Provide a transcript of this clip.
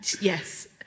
yes